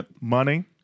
money